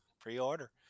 pre-order